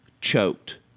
choked